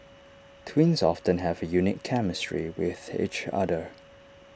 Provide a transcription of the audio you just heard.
twins often have A unique chemistry with each other